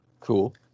Cool